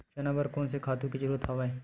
चना बर कोन से खातु के जरूरत हवय?